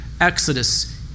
Exodus